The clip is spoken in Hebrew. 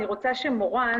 אני רוצה שמורן,